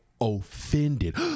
offended